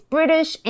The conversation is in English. British